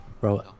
Bro